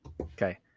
Okay